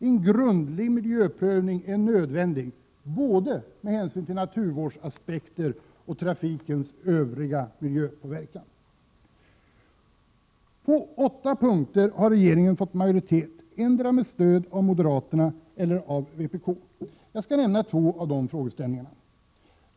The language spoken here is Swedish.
En grundlig miljöprövning är nödvändig med hänsyn till naturvårdsaspekter och trafikens miljöpåverkan över huvud taget. På åtta punkter har regeringen fått majoritet med stöd endera av moderaterna eller av vpk. Jag skall nämna två av de frågeställningarna.